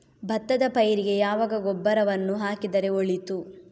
ಭತ್ತದ ಪೈರಿಗೆ ಯಾವಾಗ ಗೊಬ್ಬರವನ್ನು ಹಾಕಿದರೆ ಒಳಿತು?